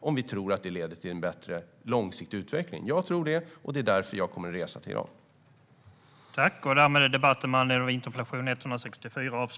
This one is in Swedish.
Jag tror det, och därför kommer jag att resa till Iran.